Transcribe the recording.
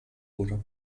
wurde